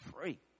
free